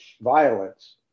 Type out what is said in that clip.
violence